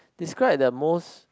describe the most